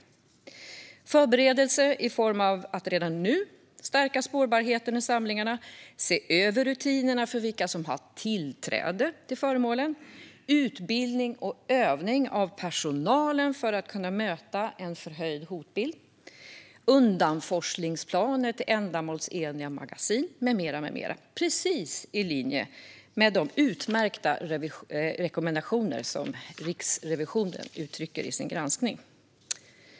Det handlar om förberedelsearbete i form av att redan nu stärka spårbarheten i samlingarna och se över rutinerna för vilka som ska ha tillträde till föremålen, liksom om utbildning och övning av personalen för att kunna möta en förhöjd hotbild, undanforslingsplaner till ändamålsenliga magasin med mera, precis i linje med de utmärkta rekommendationerna i Riksrevisionens granskning.